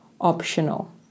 optional